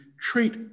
treat